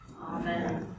Amen